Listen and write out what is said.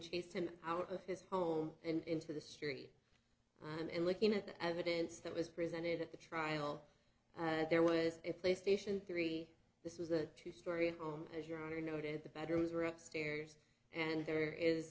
chased him out of his home and into the street and looking at the evidence that was presented at the trial there was a play station three this was a two story home as your honor noted the bedrooms are upstairs and there is